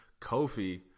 Kofi